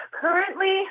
currently